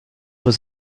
was